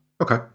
Okay